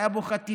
היו בו חטיפים?